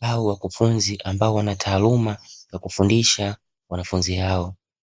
au wakufunzi ambao wana taaluma ya kufundisha wanafunzi hao.